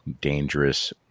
dangerous